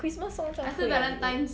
christmas 送这样贵的礼物